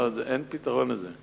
לא, אין פתרון לזה.